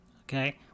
okay